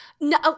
no